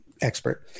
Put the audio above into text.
expert